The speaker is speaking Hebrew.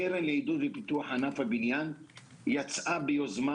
הקרן לעידוד ופיתוח ענף הבניין יצאה ביוזמה